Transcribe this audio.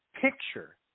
picture